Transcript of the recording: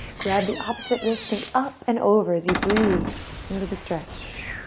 grab the opposite wrist, think up and over as you breathe into the stretch.